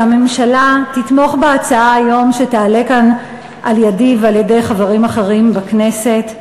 שהממשלה תתמוך בהצעה שתעלה כאן היום על-ידי ועל-ידי חברים אחרים בכנסת,